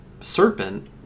serpent